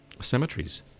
cemeteries